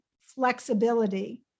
flexibility